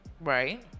Right